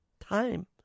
Time